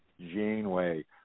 Janeway